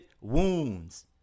wounds